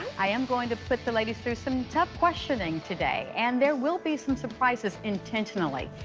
i am going to put the ladies through some tough questioning today. and there will be some surprises, intentionally.